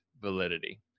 validity